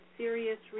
serious